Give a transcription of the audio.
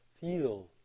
Feel